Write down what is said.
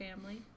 family